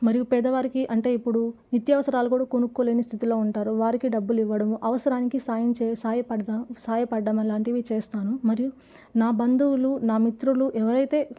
మరియు పేదవారికి అంటే ఇప్పుడు నిత్యావసరాలు కూడా కొనుక్కోలేని స్థితిలో ఉంటారు వారికి డబ్బులు ఇవ్వడము అవసరానికి సాయం చెయ్ సాయపడతాం సాయపడ్డం అలాంటివి చేస్తాను మరియు నా బంధువులు నా మిత్రులు ఎవరైతే